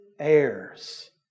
Heirs